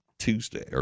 Tuesday